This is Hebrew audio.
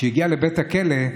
כשהגיע לבית הכלא,